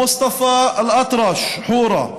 מוסטפא אל אטרש, חורה,